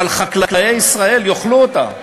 אבל חקלאי ישראל יאכלו אותה,